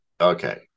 okay